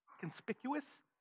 conspicuous